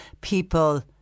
people